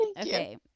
okay